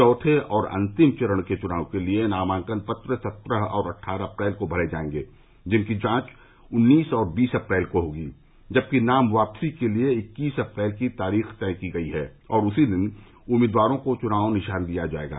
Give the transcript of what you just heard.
चौथे और अंतिम चरण के चुनाव के लिए नामांकन पत्र सत्रह और अट्ठारह अप्रैल को भरे जायेंगे जिनकी जांच उन्नीस और बीस अप्रैल को होगी जबकि नाम वापसी के लिए इक्कीस अप्रैल की तारीख तय की गयी है और उसी दिन उम्मीदवारों को चुनाव निशान दिया जायेगा